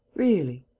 really!